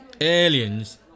Aliens